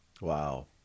Wow